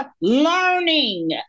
learning